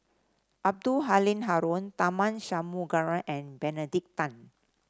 Abdul Halim Haron Tharman Shanmugaratnam and Benedict Tan